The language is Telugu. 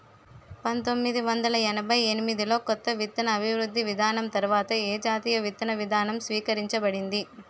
పంతోమ్మిది వందల ఎనభై ఎనిమిది లో కొత్త విత్తన అభివృద్ధి విధానం తర్వాత ఏ జాతీయ విత్తన విధానం స్వీకరించబడింది?